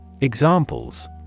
Examples